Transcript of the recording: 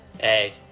Hey